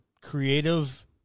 creative